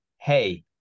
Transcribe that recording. hey